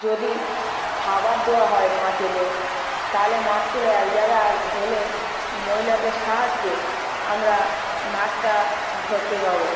যদি খাবার দেওয়া হয় মাছেদের তাহলে মাছগুলো এক জায়গায় হলে মহিলাদের সাহায্যে আমরা মাছটা ধরতে পাবো